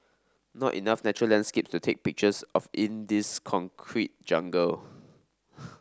not enough natural landscapes to take pictures of in this concrete jungle